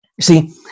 see